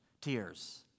tears